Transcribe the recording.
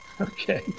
Okay